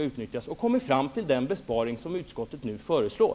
På detta sätt har man kommit fram till den besparing som utskottet nu föreslår.